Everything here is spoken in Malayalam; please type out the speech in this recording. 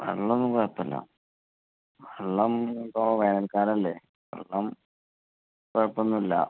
വെള്ളം ഒന്നും കുഴപ്പമില്ല വെള്ളം ഇപ്പോൾ വേനൽക്കാലം അല്ലേ വെള്ളം കുഴപ്പം ഒന്നും ഇല്ല